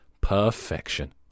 perfection